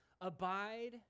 Abide